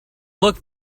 look